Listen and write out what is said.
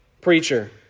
preacher